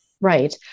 Right